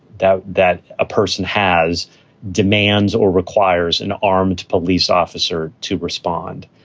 that that a person has demands or requires an armed police officer to respond.